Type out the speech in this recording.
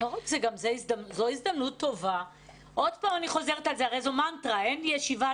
עוד פעם אני חוזרת ואומרת אין ישיבת